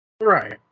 Right